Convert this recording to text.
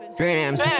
grams